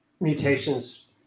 mutations